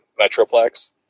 metroplex